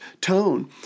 tone